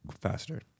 faster